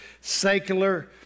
secular